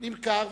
נמכר,